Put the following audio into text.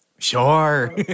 Sure